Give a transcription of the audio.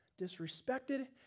disrespected